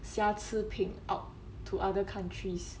瑕疵品 out to other countries